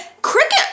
Cricket